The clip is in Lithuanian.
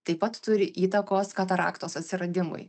taip pat turi įtakos kataraktos atsiradimui